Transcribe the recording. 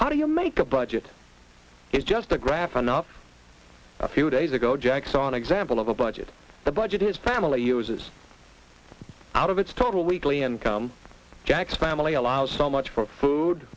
how do you make a budget is just a graph enough a few days ago jack saw an example of a budget the budget his family uses out of its total weekly income jack's family allowed so much for food